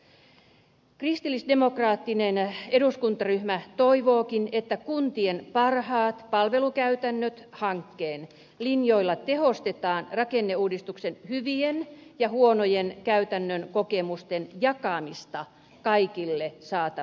kristillisdemokraattinen eduskuntaryhmä toivookin että kuntien parhaat palvelukäytännöt hankkeen linjoilla tehostetaan rakenneuudistuksen hyvien ja huonojen käytännön kokemusten jakamista kaikille saataviksi